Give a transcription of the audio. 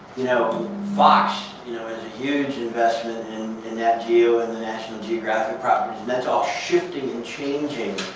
you know fox you know has a huge investment in nat geo and the national geographic properties. and that's all shifting and changing.